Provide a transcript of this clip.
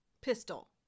pistol